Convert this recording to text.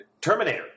Terminator